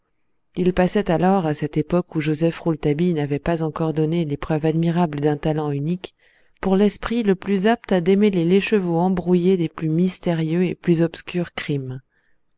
il passait alors à cette époque où joseph rouletabille n'avait pas encore donné les preuves admirables d'un talent unique pour l'esprit le plus apte à démêler l'écheveau embrouillé des plus mystérieux et plus obscurs crimes